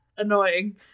Annoying